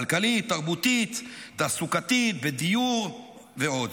כלכלית, תרבותית, תעסוקתית, בדיור ועוד.